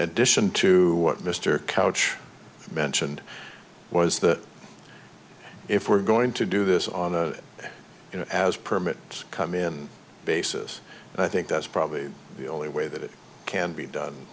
addition to what mr couch mentioned was that if we're going to do this on a you know as permits come in basis i think that's probably the only way that it can be done